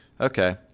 okay